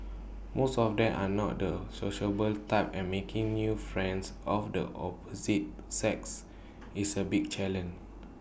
most of them are not the sociable type and making new friends of the opposite sex is A big challenge